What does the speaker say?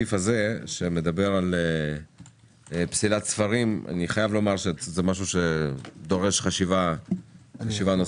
והסעיף שמדבר על פסילת ספרים אני חייב לומר שזה דורש חשיבה נוספת,